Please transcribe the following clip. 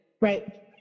Right